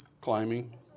climbing